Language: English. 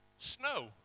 snow